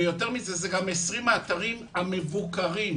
אלה ה-20 האתרים המבוקרים.